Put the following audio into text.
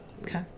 Okay